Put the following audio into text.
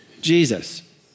Jesus